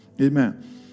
Amen